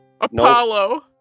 Apollo